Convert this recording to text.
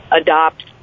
adopt